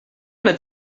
going